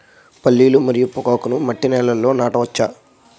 పల్లీలు మరియు పొగాకును మట్టి నేలల్లో నాట వచ్చా?